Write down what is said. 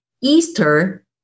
Easter